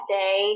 day